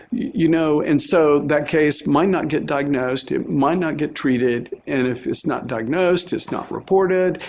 you know, and so that case might not get diagnosed. it might not get treated. and if it's not diagnosed, it's not reported.